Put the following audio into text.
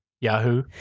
Yahoo